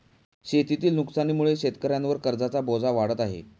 शेतीतील नुकसानीमुळे शेतकऱ्यांवर कर्जाचा बोजा वाढत आहे